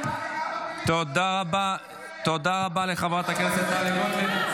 --- תודה רבה לחברת הכנסת טלי גוטליב.